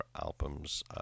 albums